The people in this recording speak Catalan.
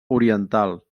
oriental